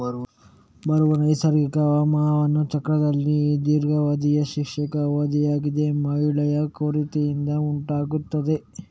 ಬರವು ನೈಸರ್ಗಿಕ ಹವಾಮಾನ ಚಕ್ರದಲ್ಲಿ ದೀರ್ಘಾವಧಿಯ ಶುಷ್ಕ ಅವಧಿಯಾಗಿದ್ದು ಮಳೆಯ ಕೊರತೆಯಿಂದ ಉಂಟಾಗ್ತದೆ